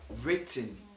written